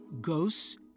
Ghosts